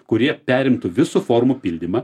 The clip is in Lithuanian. kurie perimtų visų formų pildymą